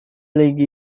lagu